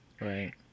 Right